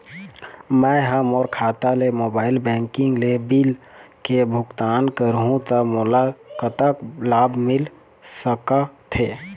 मैं हा मोर खाता ले मोबाइल बैंकिंग ले बिल के भुगतान करहूं ता मोला कतक लाभ मिल सका थे?